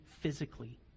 physically